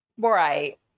Right